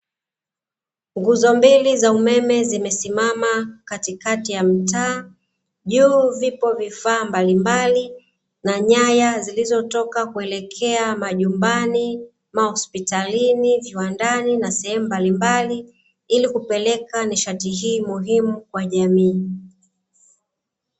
Nguzo mbili za umeme zimesimama katikati ya mtaa, juu kuna vifaa mbalimbali na nyaya zilizotoka kuelekea majumbani, mahospitalini, viwandani na sehemu mbalimbali ili kupeleka nishati hii muhimu kwa jamii.